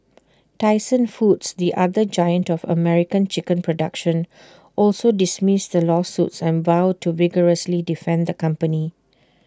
Tyson foods the other giant to American chicken production also dismissed the lawsuits and vowed to vigorously defend the company